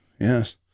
Yes